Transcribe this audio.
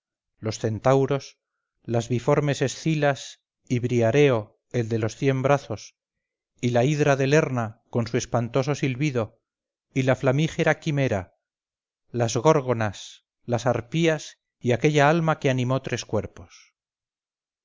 los centauros las biformes escilas y briareo el de los cien brazos y la hidra de lerna con su espantoso silbido y la flamígera quimera las górgonas las arpías y aquella alma que animó tres cuerpos